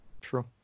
True